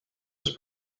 was